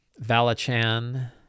Valachan